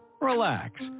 relax